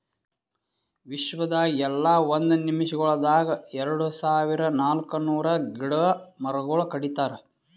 ವಿಶ್ವದಾಗ್ ಎಲ್ಲಾ ಒಂದ್ ನಿಮಿಷಗೊಳ್ದಾಗ್ ಎರಡು ಸಾವಿರ ನಾಲ್ಕ ನೂರು ಗಿಡ ಮರಗೊಳ್ ಕಡಿತಾರ್